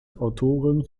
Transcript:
autorin